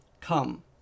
Come